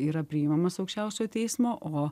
yra priimamas aukščiausiojo teismo o